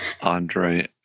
Andre